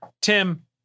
Tim